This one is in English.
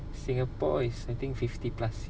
singapore is I think fifty plus